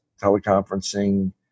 teleconferencing